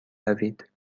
روید